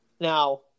now –